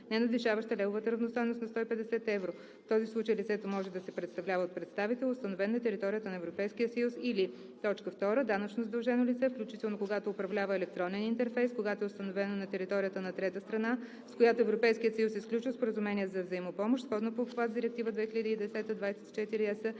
ненадвишаваща левовата равностойност на 150 евро; в този случай лицето може да се представлява от представител, установен на територията на Европейския съюз, или“. 2. данъчно задължено лице, включително което управлява електронен интерфейс, когато е установено на територията на трета страна, с която Европейският съюз е сключил споразумение за взаимопомощ, сходно по обхват с Директива 2010/24/ЕС